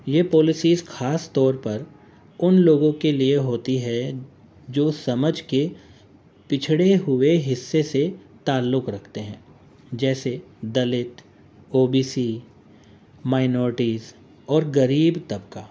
یہ پالیسیز خاص طور پر ان لوگوں کے لیے ہوتی ہے جو سماج کے پچھڑے ہوئے حصے سے تعلق رکھتے ہیں جیسے Dalit O B C minorities اور غریب طبقہ